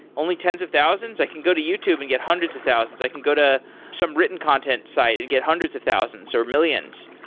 only tens of thousands? i can go to youtube and get hundreds of thousands. i can go to some written content site and get hundreds of thousands, or millions.